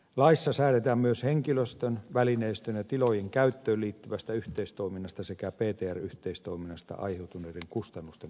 laissa säädetään myös henkilöstön välineistön ja tilojen käyttöön liittyvästä yhteistoiminnasta sekä ptr yhteistoiminnasta aiheutuneiden kustannusten korvaamisesta